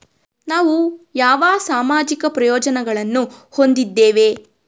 ನಾವು ಯಾವ ಸಾಮಾಜಿಕ ಪ್ರಯೋಜನಗಳನ್ನು ಹೊಂದಿದ್ದೇವೆ?